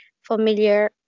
familiar